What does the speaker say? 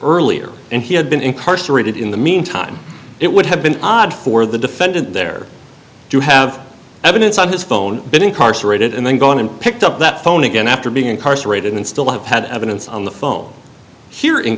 earlier and he had been incarcerated in the mean time it would have been odd for the defended their to have evidence on his phone been incarcerated and then gone and picked up that phone again after being incarcerated and still have had evidence on the phone here in